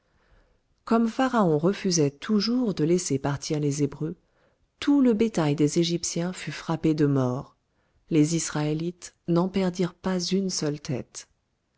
comme pharaon refusait toujours de laisser partir les hébreux tout le bétail des égyptiens fut frappé de mort les israélites n'en perdirent pas une seule tête